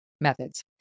methods